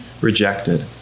rejected